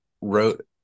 wrote